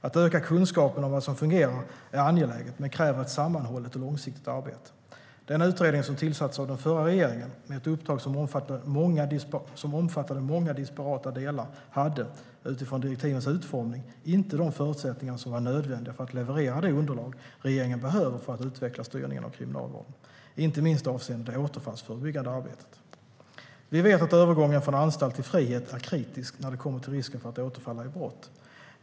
Att öka kunskapen om vad som fungerar är angeläget men kräver ett sammanhållet och långsiktigt arbete. Den utredning som tillsattes av den förra regeringen, med ett uppdrag som omfattade många disparata delar, hade utifrån direktivens utformning inte de förutsättningar som var nödvändiga för att leverera det underlag regeringen behöver för att utveckla styrningen av Kriminalvården, inte minst avseende det återfallsförebyggande arbetet. Vi vet att övergången från anstalt till frihet är kritisk när det kommer till risken för att återfalla i brott.